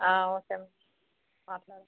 okay అలానే